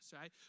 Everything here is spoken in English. right